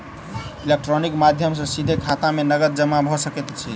electronical माध्यम सॅ सीधे खाता में नकद जमा भ सकैत अछि